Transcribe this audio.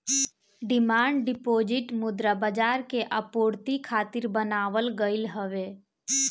demand deposit मुद्रा बाजार के आपूर्ति खातिर बनावल गईल हवे